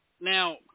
now